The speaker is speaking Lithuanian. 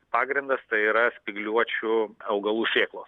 pagrindas tai yra spygliuočių augalų sėklos